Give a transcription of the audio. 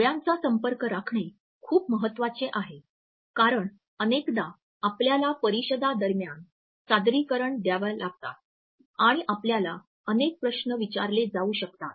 डोळ्यांचा संपर्क राखणे खूप महत्वाचे आहे कारण अनेकदा आपल्याला परिषदा दरम्यान सादरीकरणे द्याव्या लागतात आणि आपल्याला अनेक प्रश्न विचारले जाऊ शकतात